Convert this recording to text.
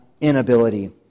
inability